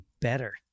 better